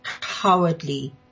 Cowardly